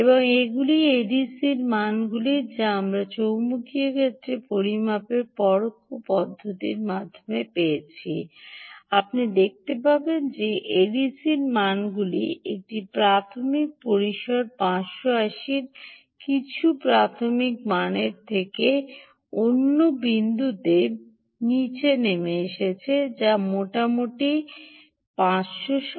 এবং এগুলি এডিসির মানগুলি যা আমরা চৌম্বকীয় ক্ষেত্রের পরিমাপের পরোক্ষ পদ্ধতির মাধ্যমে পেয়েছি আপনি দেখতে পাবেন যে এডিসি মানগুলিতে একটি প্রাথমিক পরিসর 580 এর কিছু প্রাথমিক মানের থেকে অন্য বিন্দুতে নীচে নেমে এসেছে যা মোটামুটি 587